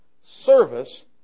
service